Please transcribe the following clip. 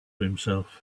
himself